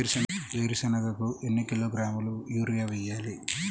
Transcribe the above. వేరుశనగకు ఎన్ని కిలోగ్రాముల యూరియా వేయాలి?